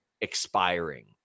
expiring